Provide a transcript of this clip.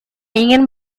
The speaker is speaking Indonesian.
ingin